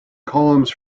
columns